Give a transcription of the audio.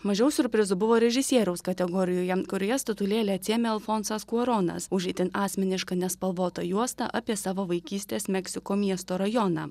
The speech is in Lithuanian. mažiau siurprizų buvo režisieriaus kategorijoje kurioje statulėlę atsiėmė alfonsas kuaronas už itin asmenišką nespalvotą juostą apie savo vaikystės meksiko miesto rajoną